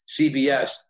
CBS